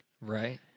Right